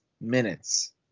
minutes